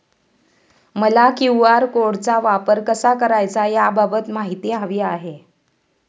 मला क्यू.आर कोडचा वापर कसा करायचा याबाबत माहिती हवी आहे